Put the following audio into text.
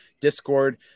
Discord